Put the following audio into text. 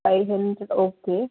five hundred okay